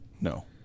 no